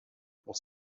pour